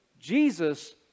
jesus